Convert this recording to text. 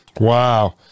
Wow